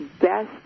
best